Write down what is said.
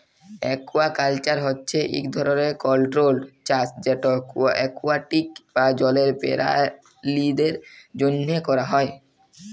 aquaculture হছে ইক ধরলের কল্ট্রোল্ড চাষ যেট একুয়াটিক বা জলের পেরালিদের জ্যনহে ক্যরা হ্যয়